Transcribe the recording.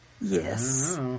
Yes